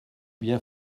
bien